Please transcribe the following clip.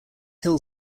hill